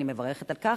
אני מברכת על כך.